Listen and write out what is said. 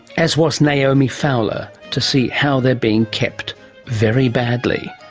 as was naomi fowler, to see how they are being kept very badly.